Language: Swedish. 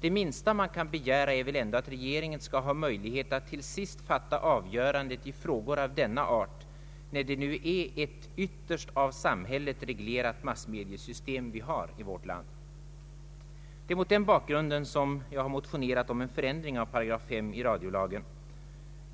Det minsta man kan begära är väl ändå, att regeringen skall ha möjlighet att till sist fatta avgörandet i frågor av denna art, när det nu är ett ytterst av samhället reglerat massmediesystem vi har i vårt land. Det är mot den bakgrunden jag har motionerat om en förändring av § 5 i radiolagen.